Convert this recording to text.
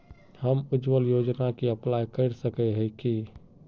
हम उज्वल योजना के अप्लाई कर सके है की?